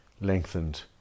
lengthened